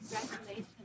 Congratulations